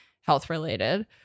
health-related